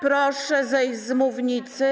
Proszę zejść z mównicy.